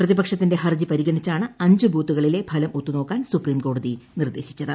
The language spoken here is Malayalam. പ്രതിപക്ഷത്തിന്റെ ഹർജി പരിഗണിച്ചാണ് അഞ്ചു ബൂത്തുകളിലെ ഫലം ഒത്തുനോക്കാൻ സുപ്രീംകോടതി നിർദ്ദേശിച്ചത്